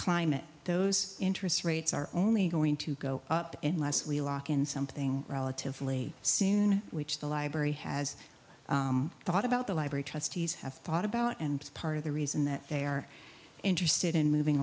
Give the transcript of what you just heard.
climate those interest rates are only going to go up in less we lock in something relatively soon which the library has thought about the library trustees have thought about and part of the reason that they are interested in moving